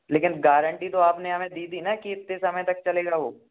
लेकिन गारेन्टी तो आप ने हमें दी थी ना कि इतने समय तक चलेगा वो